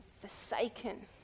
forsaken